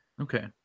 Okay